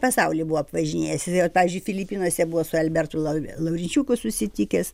pasaulį buvo apvažinėjęs ir vėl pavyzdžiui filipinuose buvo su albertu lau lauričiuku susitikęs